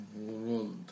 world